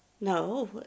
No